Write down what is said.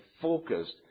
focused